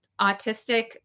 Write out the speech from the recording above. autistic